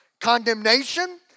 Condemnation